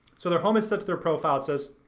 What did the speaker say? so their home is set to their profile. it says,